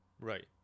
Right